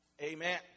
Amen